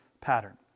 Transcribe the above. pattern